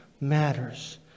matters